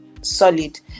solid